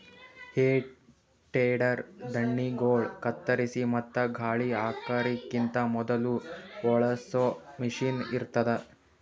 ಹೇ tedder ಧಾಣ್ಣಿಗೊಳ್ ಕತ್ತರಿಸಿ ಮತ್ತ ಗಾಳಿ ಹಾಕಕಿಂತ ಮೊದುಲ ಬಳಸೋ ಮಷೀನ್ ಇರ್ತದ್